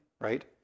right